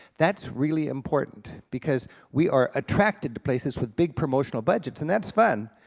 that's really important because we are attracted to places with big promotional budgets, and that's fun,